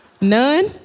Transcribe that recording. None